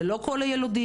זה לא כל הילודים,